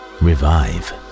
revive